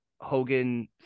Hogan